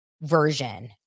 version